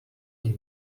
die